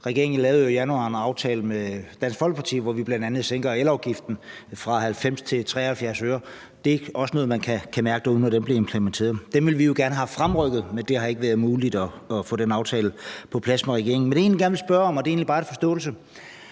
Regeringen lavede jo i januar en aftale med Dansk Folkeparti, hvor vi bl.a. sænkede elafgiften fra 90 til 73 øre. Det er også noget, man kan mærke derude, når den bliver implementeret. Dem ville vi jo gerne have haft fremrykket, men det har ikke været muligt at få den aftale på plads med regeringen. Men jeg har egentlig et spørgsmål, og det er bare for forståelsen.